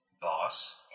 boss